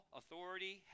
authority